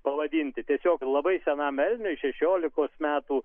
pavadinti tiesiog labai senam elniui šešiolikos metų